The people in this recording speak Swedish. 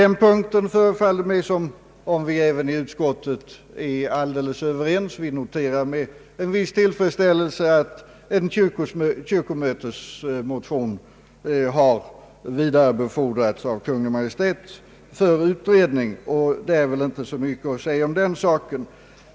På den punkten förefaller det mig som om vi även inom uiskottet är helt överens, Vi noterar med viss tillfredsställelse att en kyrkomötesmotion har vidarebefordrats av Kungl. Maj:t för utredning, och det är väl inte mycket att säga om den saken.